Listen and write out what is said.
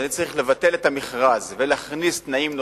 אצטרך לבטל את המכרז ולהכניס תנאים נוספים,